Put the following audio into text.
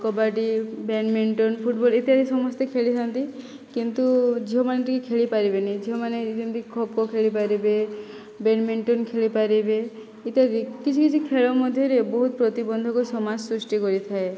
kabaddi badminton football ଇତ୍ୟାଦି ସମସ୍ତେ ଖେଳିଥାନ୍ତି କିନ୍ତୁ ଝିଅମାନେ ଟିକିଏ ଖେଳି ପାରିବେନି ଝିଅମାନେ ଯେମିତି ଖୋ ଖୋ ଖେଳିପାରିବେ ବ୍ୟାଡ଼ମିଣ୍ଟନ୍ ଖେଳିପାରିବେ ଇତ୍ୟାଦି କିଛି କିଛି ଖେଳ ମଧ୍ୟରେ ବହୁତ ପ୍ରତିବନ୍ଧକ ସମାଜ ସୃଷ୍ଟି କରିଥାଏ